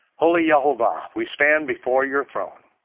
holy yahovah, we stand before your throne.